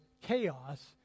chaos